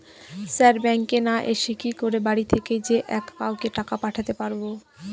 Sir ব্যাঙ্কে না এসে কি করে বাড়ি থেকেই যে কাউকে টাকা পাঠাতে পারবো?